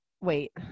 wait